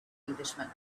englishman